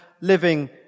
living